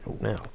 now